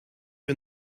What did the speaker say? you